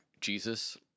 Jesus